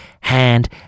hand